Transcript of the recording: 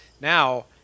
Now